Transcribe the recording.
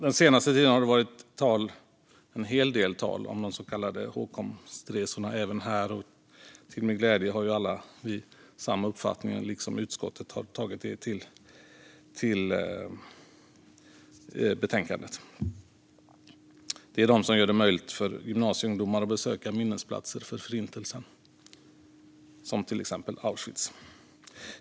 Den senaste tiden har det varit en hel del tal om de så kallade hågkomstresorna. Till min glädje har vi alla här samma uppfattning, och utskottet har tagit med hågkomstresor i betänkandet. Hågkomstresor gör det möjligt för gymnasieungdomar att besöka minnesplatser för Förintelsen, till exempel Auschwitz.